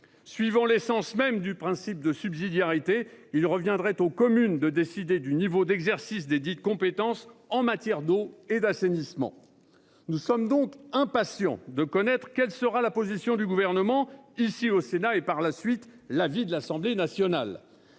Suivant l'essence même du principe de subsidiarité, il reviendrait aux communes de décider du niveau d'exercice de ladite compétence en matière d'eau et d'assainissement. Nous sommes donc impatients de connaître la position du Gouvernement et, par la suite, l'avis de l'Assemblée nationale.